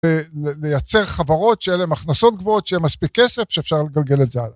ולייצר חברות שיהיה להן הכנסות גבוהות, שיהיה מספיק כסף שאפשר לגלגל את זה הלאה.